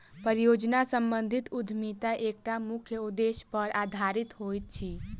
परियोजना सम्बंधित उद्यमिता एकटा मुख्य उदेश्य पर आधारित होइत अछि